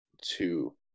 two